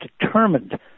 determined